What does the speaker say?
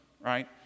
right